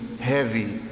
heavy